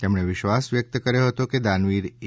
તેમણે વિશ્વાસ વ્યક્ત કર્યો હતો કે દાનવીર એ